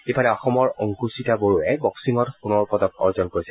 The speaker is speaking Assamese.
ইফালে অসমৰ অংকুশিতা বড়োৱে বক্সিঙত সোণৰ পদক অৰ্জন কৰিছে